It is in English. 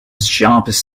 sharpest